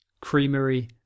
creamery